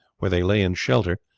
where they lay in shelter,